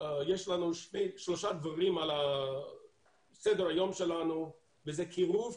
שיש לנו שלושה דברים על סדר היום שלנו וזה קירוב,